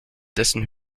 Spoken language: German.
dessen